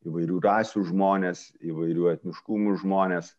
įvairių rasių žmones įvairių etniškumų žmones